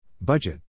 Budget